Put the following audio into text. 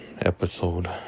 episode